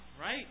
Right